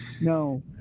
No